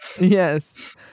Yes